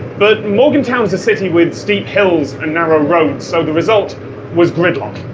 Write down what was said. but morgantown is a city with steep hills and narrow roads, so the result was gridlock.